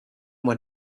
went